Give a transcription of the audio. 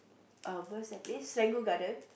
uh what is that place Serangoon-Garden